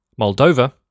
moldova